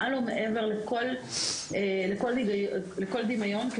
מעל ומעבר לכל דמיון,